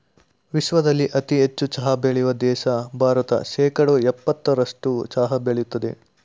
ವಿಶ್ವದಲ್ಲೇ ಅತಿ ಹೆಚ್ಚು ಚಹಾ ಬೆಳೆಯೋ ದೇಶ ಭಾರತ ಶೇಕಡಾ ಯಪ್ಪತ್ತರಸ್ಟು ಚಹಾ ಬೆಳಿತದೆ